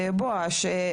בואש,